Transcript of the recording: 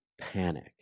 panic